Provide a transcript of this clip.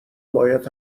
باید